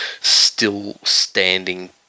still-standing